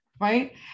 Right